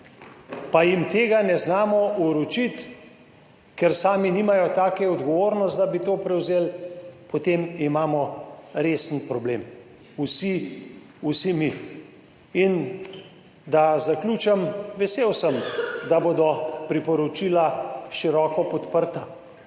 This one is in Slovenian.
pa jim tega ne znamo vročiti, ker sami nimajo take odgovornosti, da bi to prevzeli, potem imamo resen problem, vsi, vsi mi. In da zaključim. Vesel sem, da bodo priporočila široko podprta.